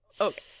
okay